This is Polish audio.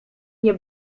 nie